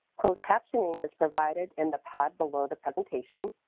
closed captioning is provided in the pod below the presentation.